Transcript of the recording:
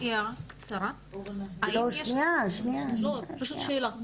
רק הערה קצרה, פשוט שאלה.